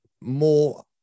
more